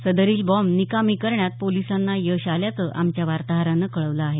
सदरील bomb निकामी करण्यात पोलिसांना यश आल्याचं आमच्या वार्ताहरानं कळवलं आहे